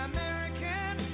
American